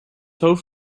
hoofd